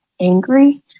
angry